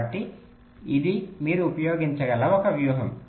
కాబట్టి ఇది మీరు ఉపయోగించగల ఒక వ్యూహం